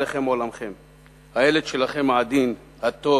אבל היא הוועדה שתחליט, בסדר?